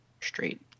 straight